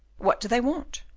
what do they want?